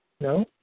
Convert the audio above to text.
No